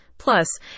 Plus